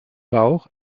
bauch